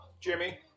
Jimmy